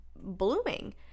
blooming